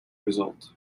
result